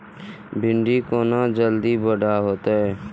भिंडी केना जल्दी बड़ा होते?